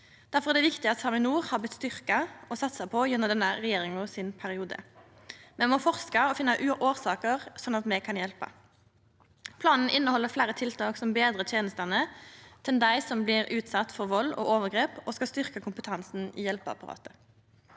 Difor er det viktig at SAMINOR har blitt styrkt og satsa på gjennom perioden til denne regjeringa. Me må forska og finna årsaker, sånn at me kan hjelpa. Planen inneheld fleire tiltak som betrar tenestene til dei som blir utsette for vald og overgrep, og skal styrkja kompetansen i hjelpeapparatet.